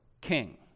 king